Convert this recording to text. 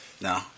No